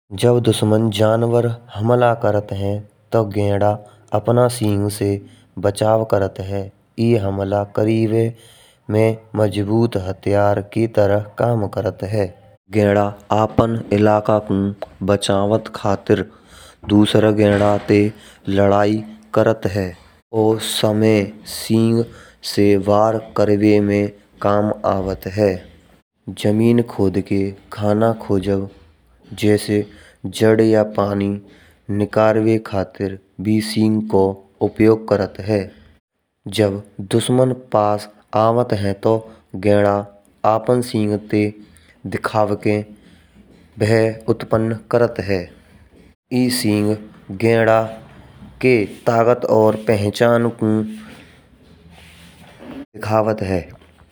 जब दुश्मन जानवर हमला करत है। तो अपना गैंडा सींग से बचाव करत। ए हमला करीब में मजबूत हथियार की तरह काम करत है। गैंडा अपन इलाका को बचावट खातिर, दूसर गैंडा ते लड़े करत है। और समय सींग से वार करावे में काम आवत है। जमीन खोद के खाना खोजउ। जैसे जड़ या पानी निकालवे के खातिर भी सींग को उपयोग करत है। जब दुश्मन पास आवत है तो गेंदा अपन सींग ते दिखाके भय उत्पन्न करत है। ए सींग गैंडा के ताकत और पहचान को दिखावत है।